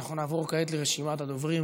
אנחנו נעבור כעת לרשימת הדוברים.